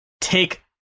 take